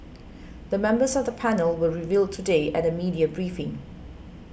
the members of the panel were revealed today at a media briefing